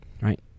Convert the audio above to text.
right